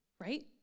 right